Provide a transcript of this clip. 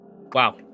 Wow